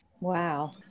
Wow